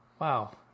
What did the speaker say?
wow